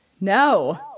No